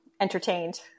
entertained